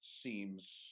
seems